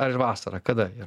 ar vasarą kada